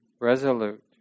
resolute